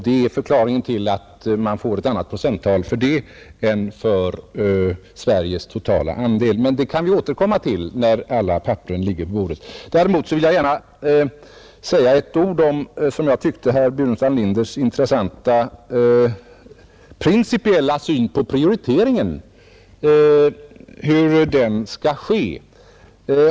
Det är förklaringen till att man får ett annat procenttal härför än för Sveriges totala andel, men det kan vi återkomma till när alla papper ligger på bordet. Jag vill däremot säga några ord om herr Burenstam Linders i mitt tycke intressanta principiella syn på hur prioriteringen skall göras.